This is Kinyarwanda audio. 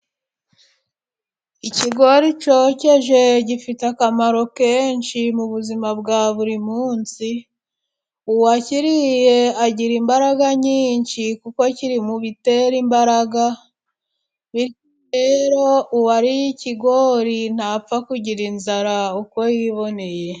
Ikigori cyokeje gifite akamaro kenshi mu buzima bwa buri munsi, uwakiriye agira imbaraga nyinshi kuko kiri mu bitera imbaraga, rero uwariye ikigori ntapfa kugira inzara uko yiboneye.